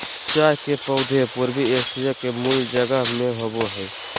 चाय के पौधे पूर्वी एशिया के मूल जगह में होबो हइ